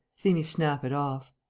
see me snap it off.